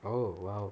oh !wow!